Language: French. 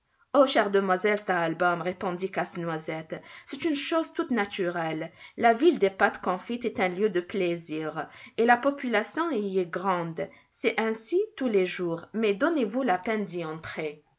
oh chère demoiselle stahlbaûm répondit casse-noisette c'est une chose toute naturelle la ville des pâtes confites est un lieu de plaisir et la population y est grande c'est ainsi tous les jours mais donnez-vous la peine d'y entrer